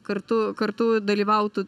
kartu kartu dalyvautų